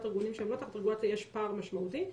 ארגונים שהם לא תחת רגולציה יש פער משמעותי ביניהם.